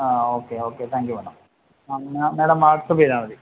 ആ okay okay thank you madam ആ എന്നാല് മാടം വാട്സപ്പ് ചെയ്താല് മതി